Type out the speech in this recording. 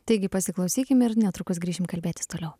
taigi pasiklausykim ir netrukus grįšim kalbėtis toliau